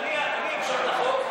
אני אמשוך את החוק.